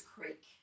Creek